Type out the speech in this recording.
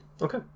okay